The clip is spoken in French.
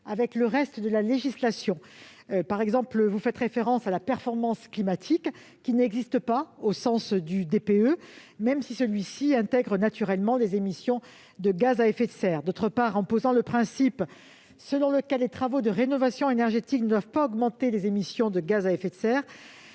avec le reste de la législation. Il y est ainsi fait référence à la performance climatique, qui n'existe pas au sens du DPE, même si celui-ci intègre naturellement les émissions de gaz à effet de serre. Par ailleurs, en posant le principe selon lequel les travaux de rénovation énergétique ne doivent pas avoir pour effet d'augmenter les émissions de gaz à effet de serre,